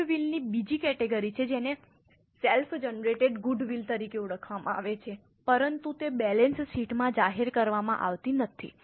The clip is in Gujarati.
ગુડવિલની બીજી કેટેગરી છે જેને સેલ્ફ જનરેટેડ ગુડવિલ તરીકે ઓળખવામાં આવે છે પરંતુ તે બેલેન્સ શીટમાં જાહેર કરવામાં આવતી નથી